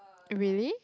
really